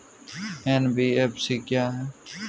NBFC क्या है?